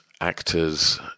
actors